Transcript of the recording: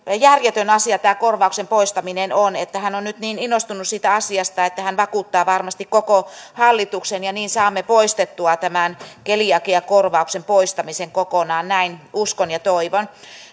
järjetön asia tämä korvauksen poistaminen on hän on nyt niin innostunut siitä asiasta että hän vakuuttaa varmasti koko hallituksen ja niin saamme poistettua tämän keliakiakorvauksen poistamisen kokonaan näin uskon ja toivon